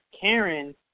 Karen